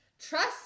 Trust